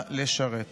ולכן ירו בו.